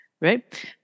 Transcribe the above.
right